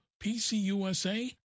PCUSA